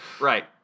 Right